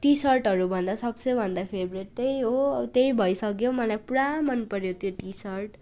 T सर्टहरूभन्दा सबसेभन्दा favourite त्यही हो अब त्यही भइसक्यो मलाई पुरा मनपऱ्यो त्यो टी सर्ट